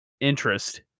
interest